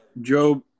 Job